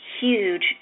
huge